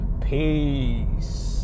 Peace